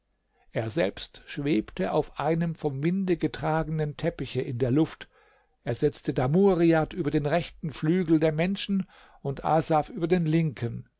er selbst schwebte auf seinem vom winde getragenen teppiche in der luft er setzte damuriat über den rechten flügel der menschen und asaf über den linken